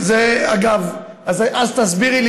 אז תסבירי לי,